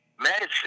medicine